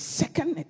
second